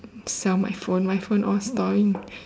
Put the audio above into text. sell my phone my phone all storing